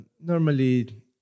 normally